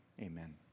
Amen